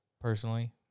personally